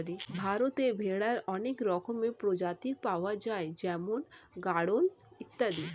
ভারতে ভেড়ার অনেক রকমের প্রজাতি পাওয়া যায় যেমন গাড়ল ইত্যাদি